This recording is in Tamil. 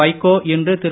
வைகோ இன்று திரு